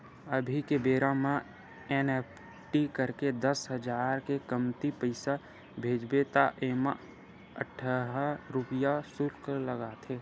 अभी के बेरा म एन.इ.एफ.टी करके दस हजार ले कमती पइसा भेजबे त एमा अढ़हइ रूपिया सुल्क लागथे